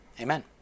Amen